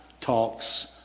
talks